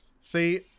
See